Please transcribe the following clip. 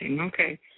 okay